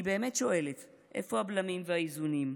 אני באמת שואלת: איפה הבלמים והאיזונים?